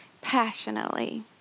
passionately